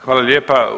Hvala lijepo.